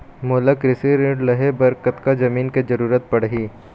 मोला कृषि ऋण लहे बर कतका जमीन के जरूरत पड़ही?